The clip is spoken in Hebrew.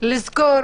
לזכור